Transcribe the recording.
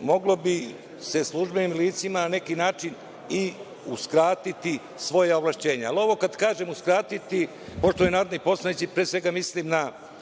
moglo bi se službenim licima na neki način i uskratiti svoja ovlašćenja, ali ovo kada kažem uskratiti, poštovani narodni poslanici, pre svega mislim na